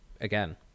again